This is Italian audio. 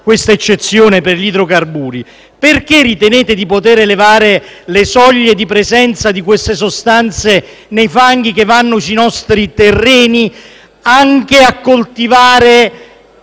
fate l’eccezione per gli idrocarburi? Perché ritenete di poter elevare le soglie di presenza di tali sostanze nei fanghi che vanno sui nostri terreni, dove si coltivano